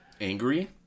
Angry